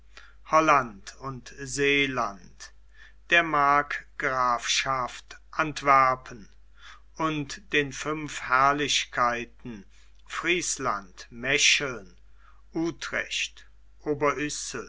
holland und seeland der markgrafschaft antwerpen und den fünf herrlichkeiten friesland mecheln utrecht